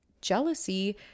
Jealousy